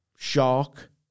Shark